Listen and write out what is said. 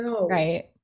right